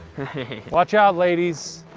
watch out ladies.